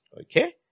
okay